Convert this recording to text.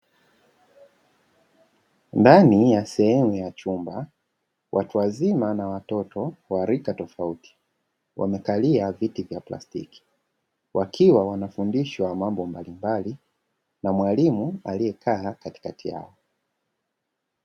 Ndani ya sehemu ya chumba, watu wazima na watoto wa rika tofauti, wamekalia viti vya plastiki, wakiwa wanafundishwa mambo mbalimbali na mwalimu aliye kaa katikati yao.